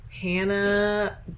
Hannah